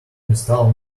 install